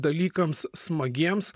dalykams smagiems